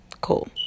Cool